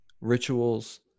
rituals